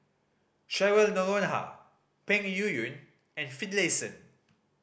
Cheryl Noronha Peng Yuyun and Finlayson